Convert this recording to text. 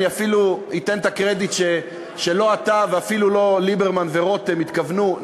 אני אפילו אתן את הקרדיט שלא אתה ואפילו לא ליברמן ורותם התכוונו,